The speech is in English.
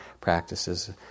practices